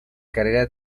carrera